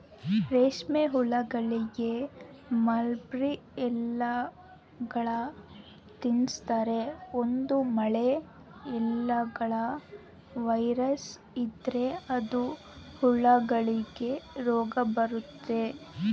ರೇಷ್ಮೆಹುಳಗಳಿಗೆ ಮಲ್ಬೆರ್ರಿ ಎಲೆಗಳ್ನ ತಿನ್ಸ್ತಾರೆ, ಒಂದು ವೇಳೆ ಎಲೆಗಳ ವೈರಸ್ ಇದ್ರ ಅದು ಹುಳಗಳಿಗೆ ರೋಗಬರತತೆ